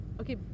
okay